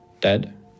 dead